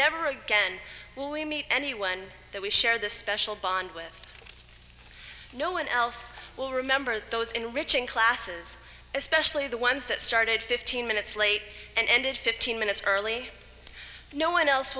never again will we meet anyone that we share this special bond with no one else will remember those enriching classes especially the ones that started fifteen minutes late and ended fifteen minutes early no one else